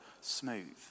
smooth